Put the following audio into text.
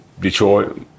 Detroit